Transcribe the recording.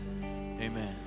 amen